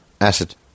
Acid